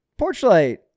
Porchlight